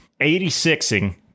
86ing